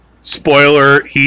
spoiler